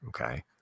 okay